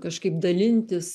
kažkaip dalintis